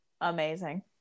amazing